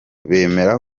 bemera